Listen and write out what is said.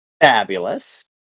Fabulous